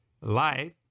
life